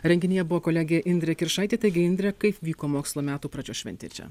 renginyje buvo kolegė indrė kiršaitė taigi indre kaip vyko mokslo metų pradžios šventė čia